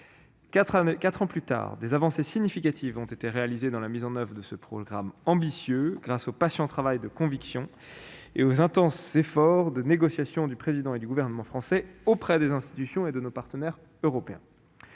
Quatre ans plus tard, des avancées significatives ont été enregistrées en ce qui concerne la mise en oeuvre de ce programme ambitieux grâce au patient travail de conviction et aux intenses efforts de négociation du Président de la République et du Gouvernement français auprès des institutions et de nos partenaires européens.